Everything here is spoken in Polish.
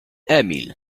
emil